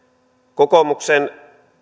kokoomuksen